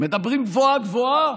מדברים גבוהה-גבוהה,